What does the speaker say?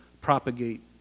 propagate